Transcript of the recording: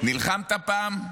נלחמת פעם?